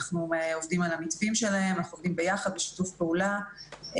אנחנו עובדים על המתווים שלהם ביחד ובשיתוף פעולה,